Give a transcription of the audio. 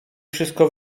wszystko